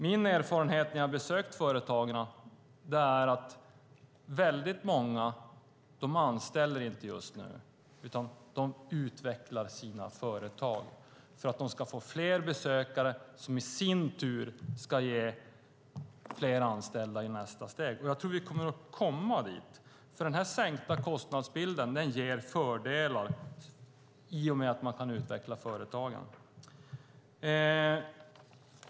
Min erfarenhet när jag besökt företagen är att väldigt många inte anställer just nu utan utvecklar sina företag för att de ska få fler besökare som i sin tur ska ge flera anställda i nästa steg. Jag tror att vi kommer att komma dit. De sänkta kostnaderna ger fördelar i och med att man kan utveckla företagen.